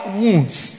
wounds